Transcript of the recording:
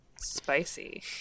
spicy